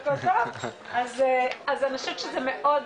אז אני חושבת שזה מאוד,